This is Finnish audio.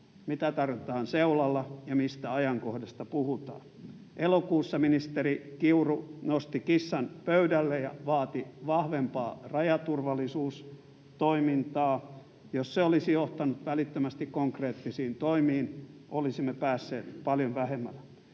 Mitä tarkoitetaan seulalla, ja mistä ajankohdasta puhutaan? Elokuussa ministeri Kiuru nosti kissan pöydälle ja vaati vahvempaa rajaturvallisuustoimintaa. Jos se olisi johtanut välittömästi konkreettisiin toimiin, olisimme päässeet paljon vähemmällä.